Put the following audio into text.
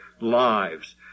lives